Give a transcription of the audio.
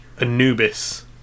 Anubis